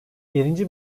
birinci